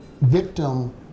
victim